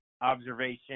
observation